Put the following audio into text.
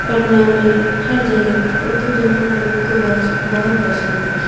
پٹنہ میں ہر جگہ اردو زبان ہم لوگ کو بہت پسند ہے